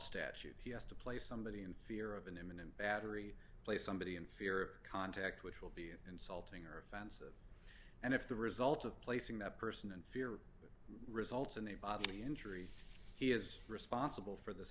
statute he has to play somebody in fear of an imminent battery place somebody in fear contact which will be insulting or offensive and if the result of placing that person and fear results in a bodily injury he is responsible for this